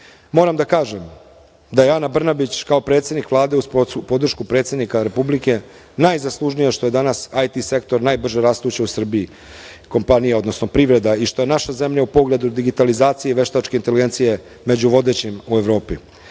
da kažem da je Ana Brnabić, kao predsednik Vlade, uz svu podršku predsednika Republike, najzaslužnija što je danas IT sektor najbrže rastuća u Srbiji kompanija, odnosno privreda i što je naša zemlja u pogledu digitalizacije i veštačke inteligencije među vodećim u